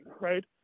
right